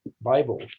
Bible